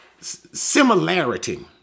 similarity